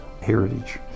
heritage